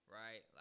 right